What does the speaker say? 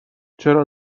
چرا